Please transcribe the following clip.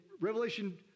Revelation